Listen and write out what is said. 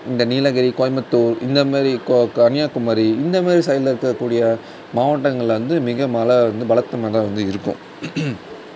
இந்த நீலகிரி கோயம்புத்தூர் இந்தமாரி கன்னியாகுமரி இந்தமாரி சைடில் இருக்கக்கூடிய மாவட்டங்களில் வந்து மிக மழை வந்து பலத்த மழை வந்து இருக்கும்